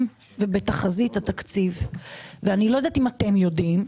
ובתחזית התקציב ואני לא יודעת אם אתם יודעים,